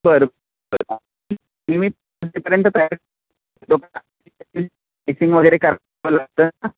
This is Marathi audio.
बरं बर बरं मी तिथपर्यंत तयार करतो आयसिंग वगैरे करावं लागतं ना